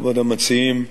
כבוד המציעים,